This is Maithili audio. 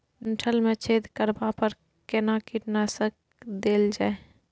डंठल मे छेद करबा पर केना कीटनासक देल जाय?